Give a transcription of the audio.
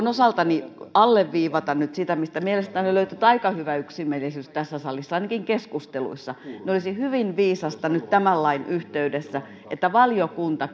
osaltani alleviivata nyt sitä mistä mielestäni on löytynyt aika hyvä yksimielisyys tässä salissa ainakin keskusteluissa olisi hyvin viisasta nyt tämän lain yhteydessä että valiokunta